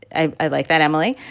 i i like that, emily.